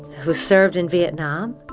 who served in vietnam.